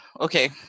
okay